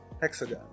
Hexagon